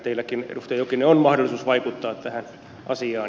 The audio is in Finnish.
teilläkin edustaja jokinen on mahdollisuus vaikuttaa tähän asiaan